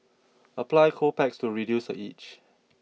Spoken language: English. apply cold packs to reduce the itch